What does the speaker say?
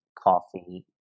coffee